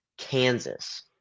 Kansas